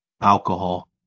alcohol